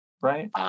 right